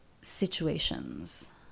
situations